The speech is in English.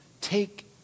take